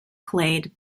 clade